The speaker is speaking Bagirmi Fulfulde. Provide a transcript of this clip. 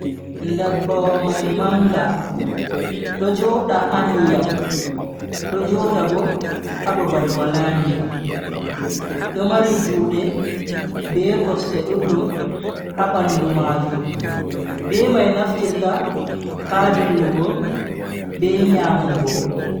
Ndabbawa mai manga, do joda ha ndiyam do joda bo ha babal wala ndiyam. do mari Juude be kosde duddum ha bandu majum be mai nafftirta ha dillugo be nyamugo.